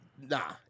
Nah